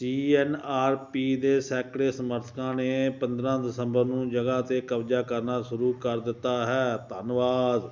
CNRP ਦੇ ਸੈਂਕੜੇ ਸਮਰਥਕਾਂ ਨੇ ਪੰਦਰਾਂ ਦਸੰਬਰ ਨੂੰ ਜਗ੍ਹਾ 'ਤੇ ਕਬਜਾ ਕਰਨਾ ਸ਼ੁਰੂ ਕਰ ਦਿੱਤਾ ਹੈ ਧੰਨਵਾਦ